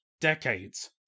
decades